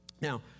Now